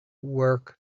work